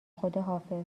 خداحافظ